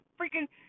freaking